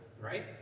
right